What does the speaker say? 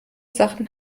sachen